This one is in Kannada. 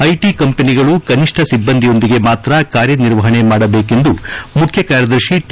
ಐಟಿ ಕಂಪೆನಿಗಳು ಕನಿಷ್ಣ ಸಿಬ್ಲಂದಿಯೊಂದಿಗೆ ಮಾತ್ರ ಕಾರ್ಯನಿರ್ವಹಣೆ ಮಾಡಬೇಕೆಂದು ಮುಖ್ಯಕಾರ್ಯದರ್ಶಿ ಟಿ